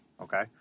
Okay